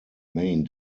main